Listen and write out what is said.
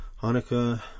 Hanukkah